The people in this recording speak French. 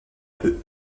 peu